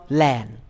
land